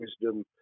wisdom